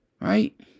right